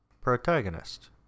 protagonist